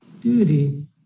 duty